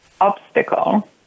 obstacle